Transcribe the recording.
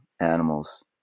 animals